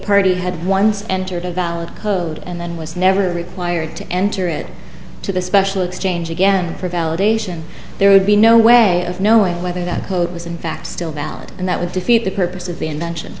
party had once entered a valid code and was never required to enter it to the special exchange again for validation there would be no way of knowing whether that code was in fact still valid and that would defeat the purpose of the invention